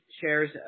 shares